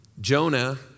Jonah